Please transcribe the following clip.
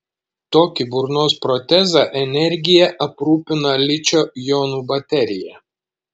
tokį burnos protezą energija aprūpina ličio jonų baterija